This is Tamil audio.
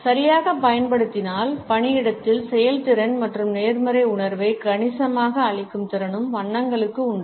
சரியாகப் பயன்படுத்தினால் பணியிடத்தில் செயல்திறன் மற்றும் நேர்மறை உணர்வை கணிசமாக அளிக்கும் திறனும் வண்ணங்களுக்கு உண்டு